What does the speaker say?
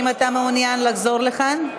האם אתה מעוניין לחזור לכאן?